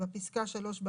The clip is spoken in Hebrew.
(א)בפסקה (3),